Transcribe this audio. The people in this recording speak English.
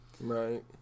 Right